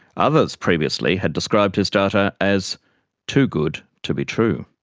others previously had described his data as too good to be true.